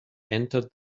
entered